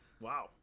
Wow